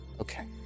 Okay